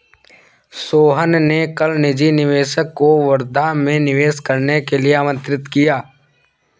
सोहन ने कल निजी निवेशक को वर्धा में निवेश करने के लिए आमंत्रित किया